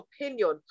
opinion